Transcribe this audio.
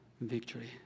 victory